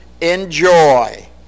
enjoy